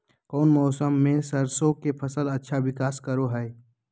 कौन मौसम मैं सरसों के फसल अच्छा विकास करो हय?